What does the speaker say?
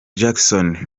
jackson